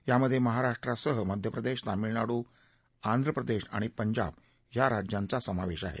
यामधे महाराष्ट्रसह मध्य प्रदेश तमिळनाडू आंध्र प्रदेश आणि पंजाब या राज्यांचा समोवश आहे